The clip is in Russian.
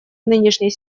нынешней